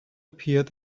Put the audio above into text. appeared